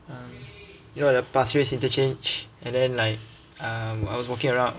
uh you know the pasir ris interchange and then like um I was walking around